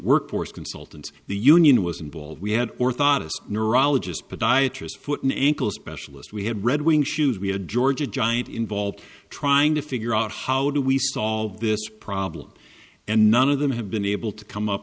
workforce consultants the union was involved we had or thought a neurologist podiatrist foot an ankle specialist we had red wing shoes we had georgia giant involved trying to figure out how do we solve this problem and none of them have been able to come up